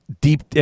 deep